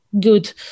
good